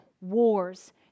wars